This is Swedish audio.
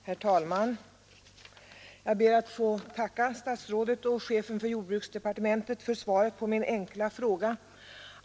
Herr talman! Jag ber att få tacka jordbruksministern för svaret på min enkla fråga.